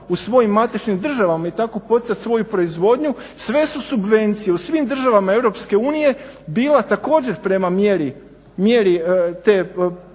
u svojim matičnim državama i tako poticati svoju proizvodnju sve su subvencije, u svim državama EU bila također prema mjeri te proizvodnje